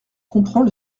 comprends